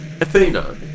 Athena